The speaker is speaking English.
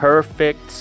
Perfect